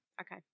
okay